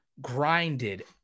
grinded